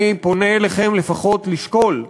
אני פונה אליכם לפחות לשקול,